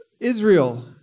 Israel